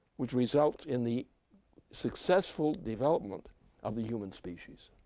which results in the successful development of the human species.